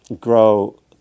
grow